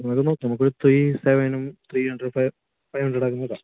അത് മൊ നമുക്കൊരു ത്രീ സെവനും ത്രീ ഹൺഡ്രഡ് ഫൈവ് ഫൈവ് ഹൺഡ്രഡും ആക്കിത്തരാം